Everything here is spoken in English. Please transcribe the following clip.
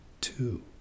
two